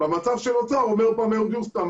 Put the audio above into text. במצב שנוצר אומר אהוד יוסטמן,